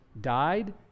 died